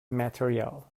material